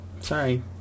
Sorry